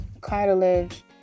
cartilage